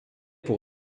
pour